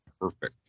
perfect